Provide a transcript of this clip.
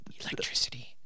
electricity